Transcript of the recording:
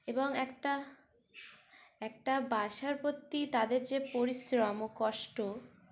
এবং একটা একটা বাসার প্রতি তাদের যে পরিশ্রম ও কষ্ট